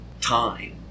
time